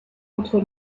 entre